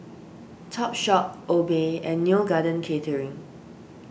Topshop Obey and Neo Garden Catering